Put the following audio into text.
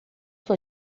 sua